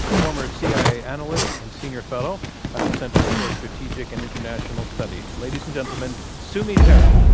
former cia analyst and senior fellow at the center for strategic and international studies. ladies and gentlemen, sue mi terry.